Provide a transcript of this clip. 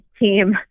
team